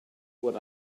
what